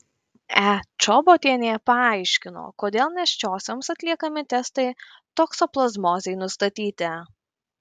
e čobotienė paaiškino kodėl nėščiosioms atliekami testai toksoplazmozei nustatyti